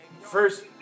first